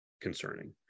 concerning